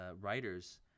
writers